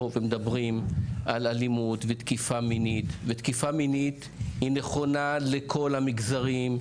ומדברים על אלימות ותקיפה מינית ותקיפה מינית היא נכונה לכל המגזרים,